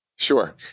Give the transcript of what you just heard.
Sure